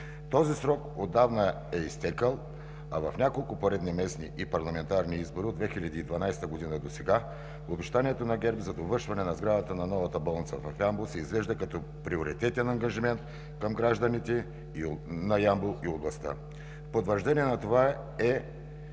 Този срок отдавна е изтекъл, а в няколко поредни местни и парламентарни избори от 2012 г. досега обещанията на ГЕРБ за довършване на сградата на новата болница се извежда като приоритетен ангажимент към гражданите на Ямбол и областта. Потвърждение на това е,